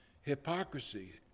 Hypocrisy